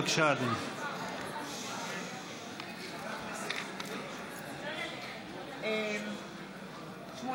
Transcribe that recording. בבקשה, אדוני.